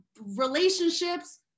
relationships